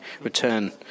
return